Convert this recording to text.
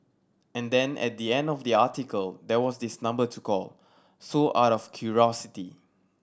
and then at the end of the article there was this number to call so out of curiosity